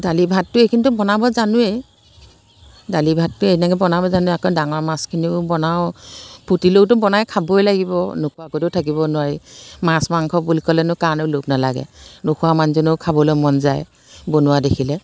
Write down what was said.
দালি ভাততো এইখিনিতো বনাব জানোৱেই দালি ভাততো এনেকৈ বনাব জানো আকৌ ডাঙৰ মাছখিনিও বনাওঁ ফুটিলেওতো বনাই খাবই লাগিব নোখোৱাকৈতো থাকিব নোৱাৰি মাছ মাংস বুলি ক'লেনো কাৰনো লোভ নালাগে নোখোৱা মানুহজনো খাবলৈ মন যায় বনোৱা দেখিলে